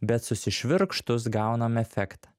bet susišvirkštus gaunam efektą